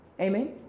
Amen